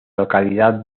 localidad